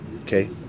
okay